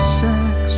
sex